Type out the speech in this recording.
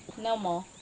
no more.